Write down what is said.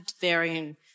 varying